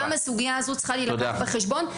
גם הסוגייה הזו צריכה להילקח בחשבון.